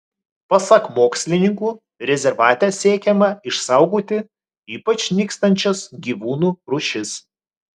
pasak mokslininkų rezervate siekiama išsaugoti ypač nykstančias gyvūnų rūšis